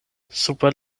super